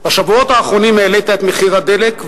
בשבועות האחרונים העלית את מחיר הדלק,